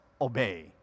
obey